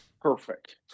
Perfect